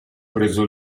preso